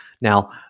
Now